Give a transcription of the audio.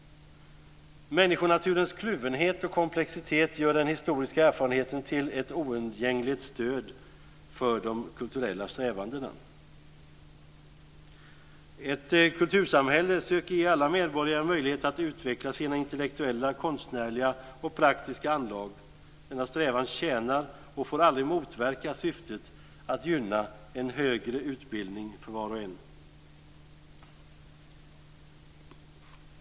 Människonaturens kluvenhet och komplexitet gör den historiska erfarenheten till ett oundgängligt stöd för de kulturella strävandena. Ett kultursamhälle söker ge alla medborgare möjlighet att utveckla sina intellektuella, konstnärliga och praktiska anlag. Denna strävan tjänar och får aldrig motverka syftet att gynna en högre utbildning för var och en.